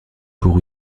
pour